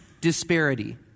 disparity